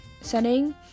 setting